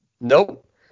Nope